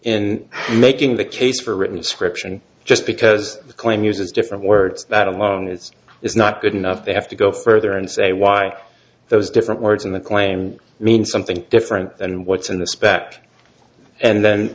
in making the case for written description just because the claim uses different words that alone it's is not good enough they have to go further and say why those different words in the claimed means something different than what's in the spect and then